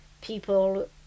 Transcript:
people